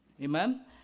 amen